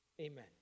Amen